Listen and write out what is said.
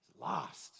lost